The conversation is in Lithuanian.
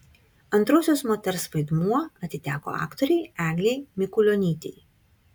antrosios moters vaidmuo atiteko aktorei eglei mikulionytei